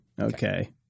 Okay